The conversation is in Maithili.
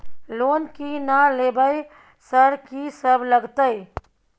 लोन की ना लेबय सर कि सब लगतै?